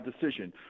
decision